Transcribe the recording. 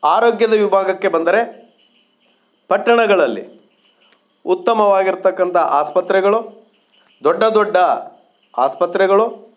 ಆರೋಗ್ಯದ ವಿಭಾಗಕ್ಕೆ ಬಂದರೆ ಪಟ್ಟಣಗಳಲ್ಲಿ ಉತ್ತಮವಾಗಿರತಕ್ಕಂಥ ಆಸ್ಪತ್ರೆಗಳು ದೊಡ್ಡ ದೊಡ್ಡ ಆಸ್ಪತ್ರೆಗಳು